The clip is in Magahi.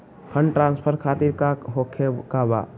फंड ट्रांसफर खातिर काका होखे का बा?